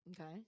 Okay